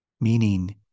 meaning